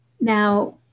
Now